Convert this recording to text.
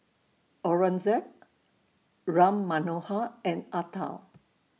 Aurangzeb Ram Manohar and Atal